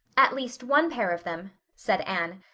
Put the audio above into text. at least one pair of them, said anne.